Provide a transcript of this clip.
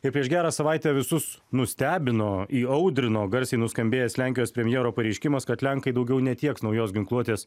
ir prieš gerą savaitę visus nustebino įaudrino garsiai nuskambėjęs lenkijos premjero pareiškimas kad lenkai daugiau netieks naujos ginkluotės